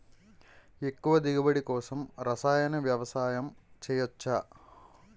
ఎక్కువ దిగుబడి కోసం రసాయన వ్యవసాయం చేయచ్చ?